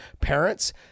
parents